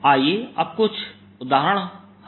dV आइए अब कुछ उदाहरण हल करें